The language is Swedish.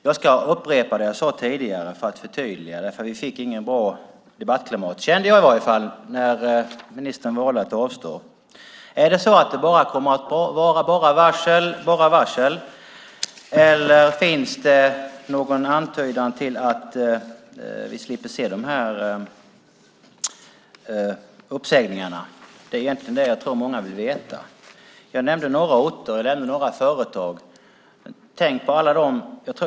Jag ska upprepa det jag sade tidigare för att förtydliga det, för i varje fall jag kände att vi inte fick något bra debattklimat när ministern valde att avstå. Är det så att det bara kommer att vara varsel, eller finns det någon antydan till att vi ska slippa se de här uppsägningarna? Det är egentligen det som jag tror att många vill veta. Jag nämnde några orter, och jag nämnde några företag. Tänk på alla dem!